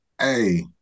hey